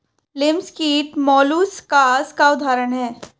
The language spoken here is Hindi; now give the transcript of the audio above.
लिमस कीट मौलुसकास का उदाहरण है